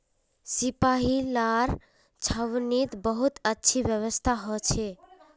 सिपाहि लार छावनीत बहुत अच्छी व्यवस्था हो छे